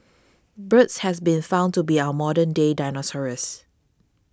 birds has been found to be our modern day